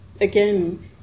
again